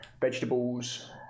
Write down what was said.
vegetables